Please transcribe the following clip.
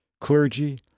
clergy